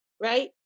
Right